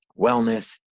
wellness